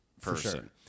person